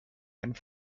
and